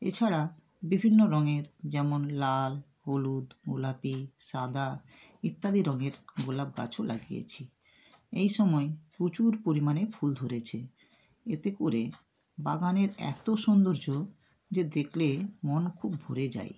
এছাড়া বিভিন্ন রঙের যেমন লাল হলুদ গোলাপি সাদা ইত্যাদি রঙের গোলাপ গাছও লাগিয়েছি এই সময় প্রচুর পরিমাণে ফুল ধরেছে এতে করে বাগানের এত সৌন্দর্য যে দেখলে মন খুব ভরে যায়